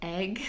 Egg